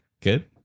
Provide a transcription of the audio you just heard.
good